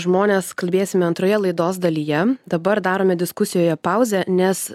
žmones kalbėsime antroje laidos dalyje dabar darome diskusijoje pauzę nes